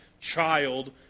child